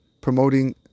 promoting